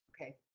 Okay